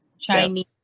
Chinese